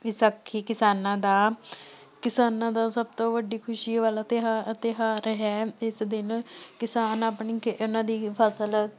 ਵਿਸਾਖੀ ਕਿਸਾਨਾਂ ਦਾ ਕਿਸਾਨਾਂ ਦਾ ਸਭ ਤੋਂ ਵੱਡੀ ਖੁਸ਼ੀ ਵਾਲਾ ਤਿਉਹਾ ਤਿਉਹਾਰ ਹੈ ਇਸ ਦਿਨ ਕਿਸਾਨ ਆਪਣੀ ਖੇ ਉਹਨਾਂ ਦੀ ਫਸਲ